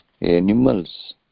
animals